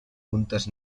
puntes